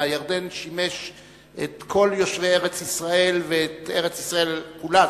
הירדן שימש את כל יושבי ארץ-ישראל ואת ארץ-ישראל כולה,